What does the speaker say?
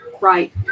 Right